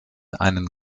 einen